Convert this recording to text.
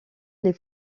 les